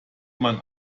man